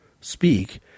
speak